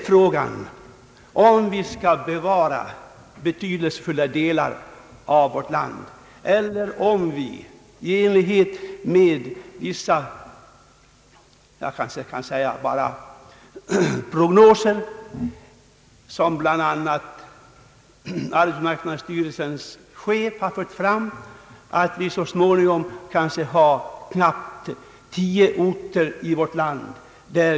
Frågan är: Skall vi bevara betydelsefulla delar av vårt land, eller skall vi i enlighet med vissa prognoser — bl.a. från arbetsmarknadsstyrelsens chef — förfara så att befolkningen samlas till knappt tio orter i vårt land?